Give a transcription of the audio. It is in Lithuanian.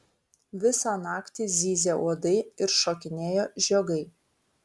visą naktį zyzė uodai ir šokinėjo žiogai